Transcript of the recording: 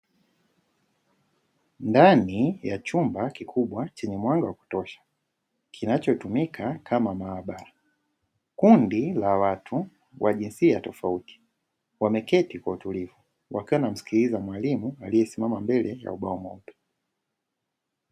Ndani ya chumba kikubwa chenye mwanga wa kutosha kinachotumika kama maabara, kundi la watu wa jinsia tofauti wameketi kwa utulivu wakiwa wanamsikiliza mwalimu aliyesimama mbele ya ubao mweupe.